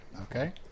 okay